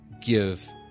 give